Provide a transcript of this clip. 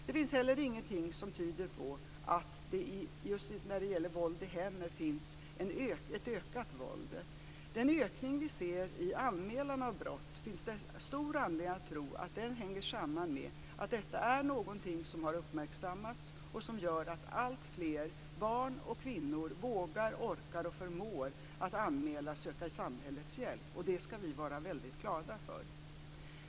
Det finns heller ingenting som tyder på att det just när det gäller våld i hemmet finns ett ökat våld. Den ökning vi ser i anmälan av brott finns det stor anledning att tro hänger samman med att detta är någonting som har uppmärksammats och som gör att alltfler barn och kvinnor vågar, orkar och förmår anmäla och söka samhällets hjälp. Det ska vi vara väldigt glada för.